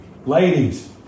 Ladies